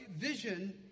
vision